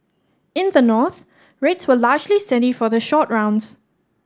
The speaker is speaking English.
in the North rates were largely steady for the short rounds